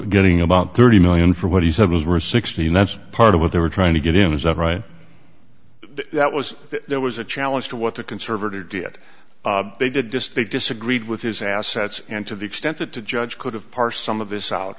getting about thirty million for what he said was we're sixteen that's part of what they were trying to get in as of right that was there was a challenge to what the conservative did they did just they disagreed with his assets and to the extent that the judge could have parsed some of this out